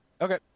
Okay